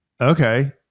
Okay